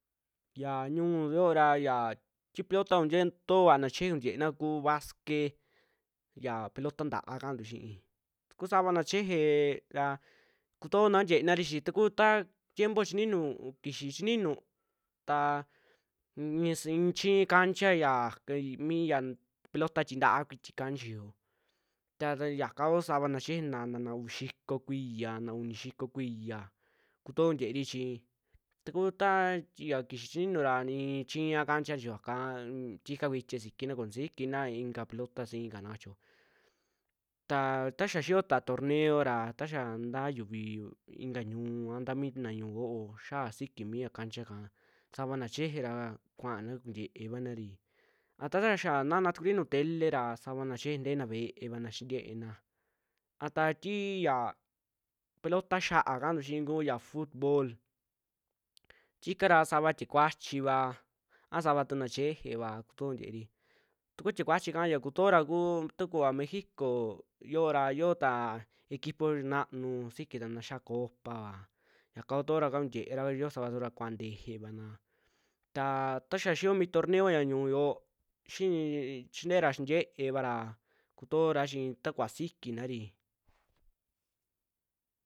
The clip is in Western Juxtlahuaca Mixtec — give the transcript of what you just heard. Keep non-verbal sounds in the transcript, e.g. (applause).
Ya ñuuntu yoora yaa tii pelota ti kutoo vaana cheje kuntieena kuu basque, ya pelota ntaa kantu xii takuu savana cheje ra, kutoona kuntienari chi taku ta tiempo chininu, kixii chii ninu taa insi (unintelligible) i'ichii cancha yaka mi ya peloota tii ntaa kuiti kaa nixiyoo, ta yaka kuu savana cheje nta naa uvi xiko kuiya, naa uni xiko kuiya kutoo kuntieeri chi ta kuu taa ya kiyii chininu ra i'ichiva cancha nixiyoo ra yaka tika kuitia sisikina koni sikiina ika pelota sii ka nakachio, ta taxa xi'iyo ta torneo ra, taxa ntaa yuvii ikaa ñu'u ntaa mitu naa ñu'uyoo xa'a sasiki mia canchakaa sava cheje ra kuaana kuntieevanari, a ta xaa nana tukuri nuju tele ya savana cheje ntena ve'evana xintieena, a ta tii ya pelota xia'a kantu xi'i kuaya futbol tikara sava tia kuachivaa a sava tuna chejeva kutoo kuntieeri, tukuu tie kuachika ña kutoraa ku ta kuva mêxico yoora yoo taa equipo naanu sisikitana yia'a copava yaka kutooraka kuntiera, yoo savatura kuaa ntejevana, taa ta xia xi'iyo kuu mi torneo ya ñuntu yoo xii xintieera xintie'evara kutoora chi takuvaa sikinari